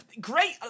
great